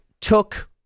took